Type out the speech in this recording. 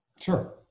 Sure